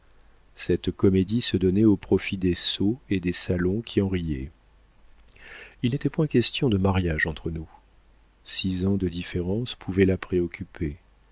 cette comédie se donnait au profit des sots et des salons qui en riaient il n'était point question de mariage entre nous six ans de différence pouvaient la préoccuper